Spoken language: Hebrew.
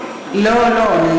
לא, לא.